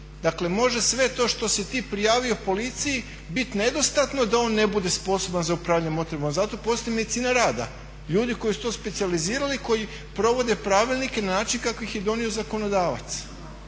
Dakle može sve to što si ti prijavio policiji biti nedostatno da on ne bude sposoban za upravljanje motornim vozilom, ali zato postoji medicina rada, ljudi koji su to specijalizirali koji provode pravilnike na način kako ih je donio zakonodavac.